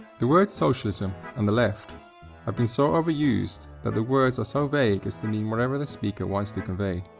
the word socialism and the left have been so overused that the words are so vague as to mean whatever the speaker wants to convey.